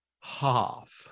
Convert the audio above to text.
Half